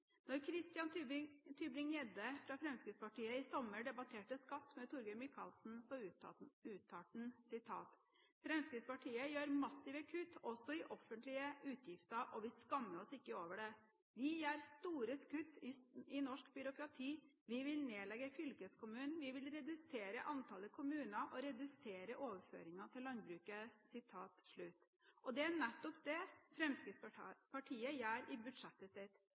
Når representanten Christian Tybring-Gjedde fra Fremskrittspartiet i sommer debatterte skatt med representanten Torgeir Micaelsen, uttalte han: Fremskrittspartiet gjør massive kutt også i offentlige utgifter, og vi skammer oss ikke over det. Vi gjør store kutt i norsk byråkrati, vi vil nedlegge fylkeskommunen, vi vil redusere antallet kommuner og redusere overføringene til landbruket. Det er nettopp det Fremskrittspartiet gjør i budsjettet sitt.